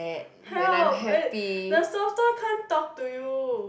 help but the soft toy can't talk to you